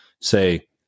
say